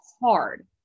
hard